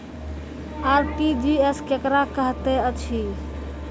RTGS केकरा कहैत अछि?